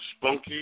spunky